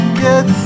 get